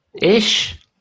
Ish